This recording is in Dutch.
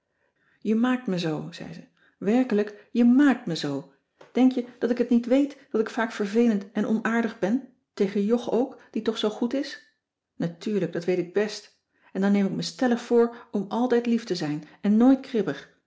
jij maakt me zoo zei ze werkelijk jij maàkt me zoo denk je dat ik het niet wèet dat ik vaak vervelend en onaardig ben tegen jog ook die toch zoo goed is natuurlijk dat weet ik bèst en dan neem ik me stellig voor om altijd lief te zijn en nooit kribbig